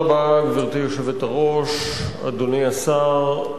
גברתי היושבת-ראש, אדוני השר,